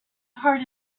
heart